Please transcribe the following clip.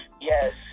yes